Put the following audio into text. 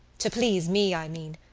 to please me, i mean.